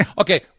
Okay